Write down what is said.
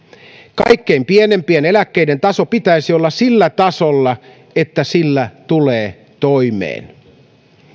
kaikkein pienimpien eläkkeiden tason pitäisi olla sillä tasolla että sillä tulee toimeen